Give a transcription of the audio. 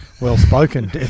well-spoken